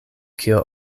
kio